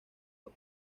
los